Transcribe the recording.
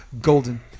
golden